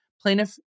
Plaintiff